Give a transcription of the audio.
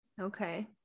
Okay